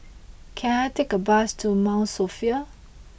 can I take a bus to Mount Sophia